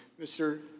Mr